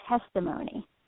testimony